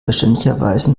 verständlicherweise